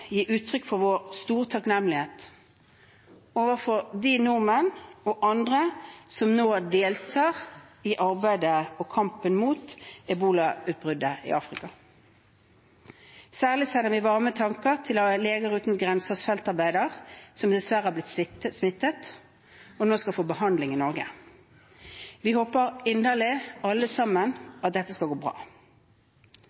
gi uttrykk for vår store takknemlighet overfor de nordmenn og andre som nå deltar i arbeidet og kampen mot ebolautbruddet i Afrika. Særlig sender vi varme tanker til Leger Uten Grensers feltarbeider som dessverre har blitt smittet og nå skal få behandling i Norge. Vi håper inderlig, alle sammen,